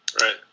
Right